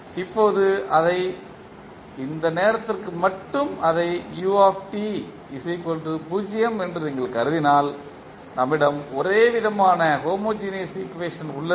இப்போது அதை இந்த நேரத்திற்கு மட்டும் அந்த என்று நீங்கள் கருதினால் நம்மிடம் ஒரேவிதமான ஈக்குவேஷன் உள்ளது